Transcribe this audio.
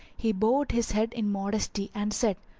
he bowed his head in modesty and said,